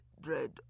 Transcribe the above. dread